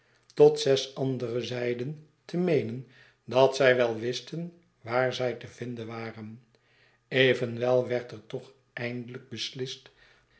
tot zes and ere zeiden te meenen dat zij wel wisten waar zij te vinden waren evenwel werd er toch eindelijk beslist